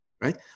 right